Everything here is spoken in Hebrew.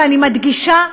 ואני מדגישה,